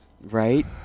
right